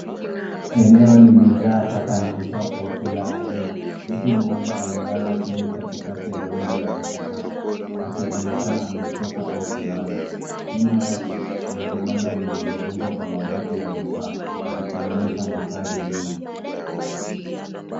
Eneo limejaa taka na uchafu wa kila aina. Mtu mmoja amelala chini katikati ya rundo la takataka akionekana amechoka au kulala. Nyuma yake kuna vibanda vilivyojengwa kwa mabaki ya vifaa vikionyesha makazi duni.